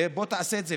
בוא תעשה את זה.